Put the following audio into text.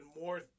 more